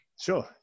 Sure